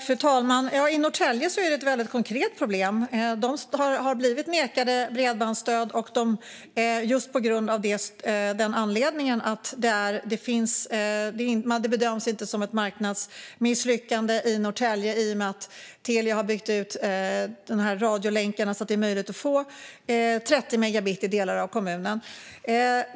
Fru talman! I Norrtälje är det ett väldigt konkret problem. De har nekats bredbandsstöd just på grund av att det inte bedöms som ett marknadsmisslyckande i Norrtälje i och med att Telia har byggt ut radiolänken så att det i delar av kommunen är möjligt att få en hastighet på 30 megabit.